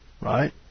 right